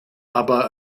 aber